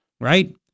right